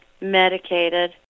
medicated